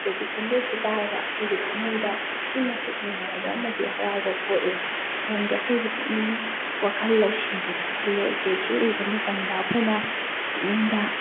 ꯎꯆꯦꯛꯀꯤ ꯈꯣꯟꯖꯦꯜꯁꯤ ꯇꯥꯔꯒ ꯑꯩꯈꯣꯏꯒꯤ ꯊꯃꯣꯏꯗ ꯑꯗꯨꯛꯀꯤ ꯃꯇꯤꯛ ꯅꯨꯡꯉꯥꯏꯕ ꯑꯃꯗꯤ ꯍꯔꯥꯎꯕ ꯄꯣꯛꯏ ꯃꯔꯝꯗꯤ ꯑꯩꯈꯣꯏꯒꯤ ꯄꯨꯛꯅꯤꯡ ꯋꯥꯈꯜ ꯂꯧꯁꯤꯡꯁꯨ ꯊꯣꯛꯍꯜꯂꯤ ꯎꯆꯦꯛꯁꯤ ꯎꯕ ꯃꯇꯝꯗ ꯑꯩꯈꯣꯏꯅ ꯄꯨꯛꯅꯤꯡꯗ